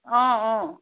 অঁ অঁ